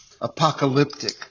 apocalyptic